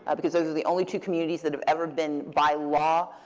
because those are the only two communities that have ever been, by law,